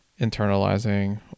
internalizing